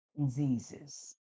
diseases